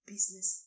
business